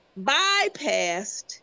bypassed